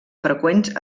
freqüents